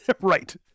Right